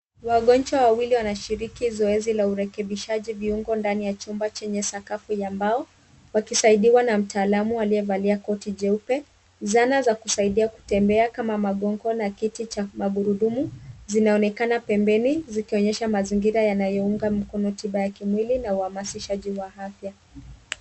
Wagonjwa wawili wanashiriki zoezi la urekebishaji viungo ndani ya chumba chenye sakafu ya mbao wakisaidiwa na mtaalamu aliyevalia koti jeupe. Zana za kusaidia kutembea kama magongo na kiti cha magurudumu zinaonekana pembeni zikionyesha mazingira yanayounga mkono tiba ya kimiwili na uhamasishaji wa afya.